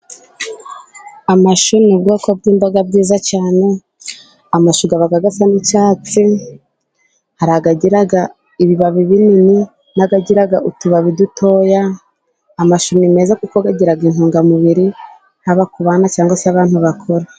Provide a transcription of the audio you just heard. Amashu ni ubwoko bw'imboga bwiza cyane, amashu aba asa n'icyatsi, hari agira ibibabi binini n'agira utubabi dutoya, amashu ni meza kuko agira intungamubiri, haba ku bana cyangwa se abantu bakuru.